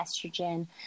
estrogen